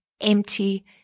empty